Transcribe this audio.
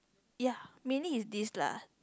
ya meaning is this lah